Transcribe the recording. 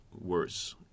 worse